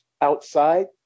outside